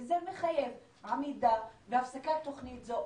זה מחייב עמידה והפסקה של התוכנית הזאת,